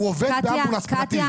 הוא עובד באמבולנס פרטי,